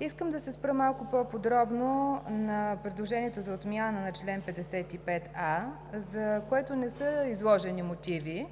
Искам да се спра малко по-подробно на предложението за отмяна на чл. 55а, за което не са изложени мотиви